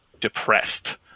depressed